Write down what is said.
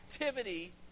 activity